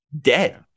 Dead